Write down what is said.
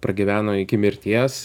pragyveno iki mirties